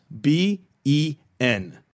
B-E-N